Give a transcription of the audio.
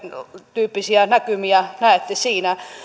tyyppisiä näkymiä näette siinä